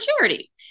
charity